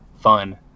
fun